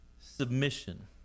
submission